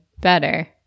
better